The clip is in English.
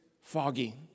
foggy